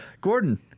Gordon